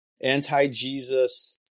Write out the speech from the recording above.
anti-Jesus